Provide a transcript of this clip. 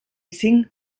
cinc